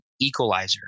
equalizer